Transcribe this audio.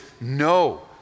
no